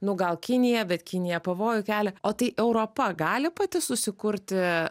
nu gal kinija bet kinija pavojų kelia o tai europa gali pati susikurti